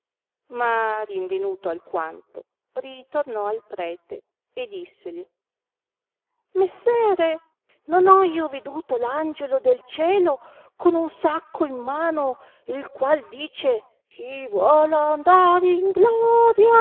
ma rinvenuto alquanto ritornò al prete e disseli messere non ho io veduto l'angiolo del cielo con un sacco in mano il qual dice chi vuol andar in gloria